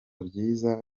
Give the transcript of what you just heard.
byiza